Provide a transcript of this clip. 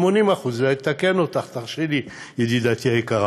80% אתקן אותך, תרשי לי, ידידתי היקרה,